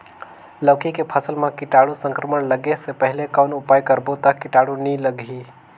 लौकी के फसल मां कीटाणु संक्रमण लगे से पहले कौन उपाय करबो ता कीटाणु नी लगही?